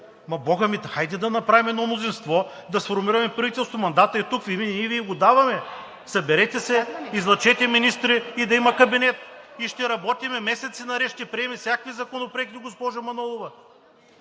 Бога ми, хайде да направим едно мнозинство и да сформираме правителство! Мандатът е тук и ние Ви го даваме – съберете се, излъчете министри и да има кабинет. Ще работим месеци наред и ще приемем всякакви законопроекти, госпожо Манолова.